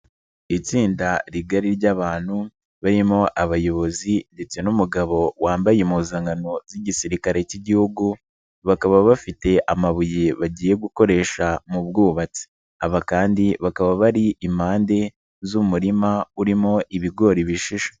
Itsinda rigari ry'abantu barimo abayobozi ndetse n'umugabo wambaye impuzankano z'igisirikare k'igihugu, bakaba bafite amabuye bagiye gukoresha mu bwubatsi. Aba kandi bakaba bari impande z'umurima urimo ibigori bishishe.